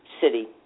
city